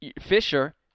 Fisher